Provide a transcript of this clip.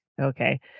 okay